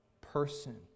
person